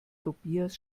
tobias